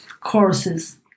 courses